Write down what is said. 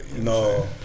No